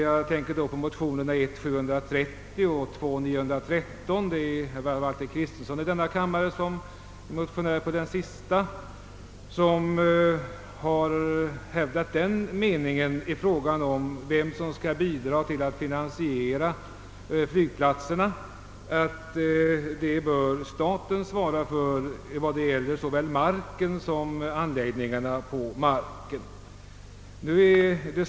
Jag tänker på motionerna I:730 och II: 913, den senare väckt av herr Valter Kristenson i denna kammare. Han har beträffande frågan om vem som skall bidra till att finansiera uppförandet av flygplatserna hävdat att staten bör göra detta både då det gäller marken och anläggningarna på denna.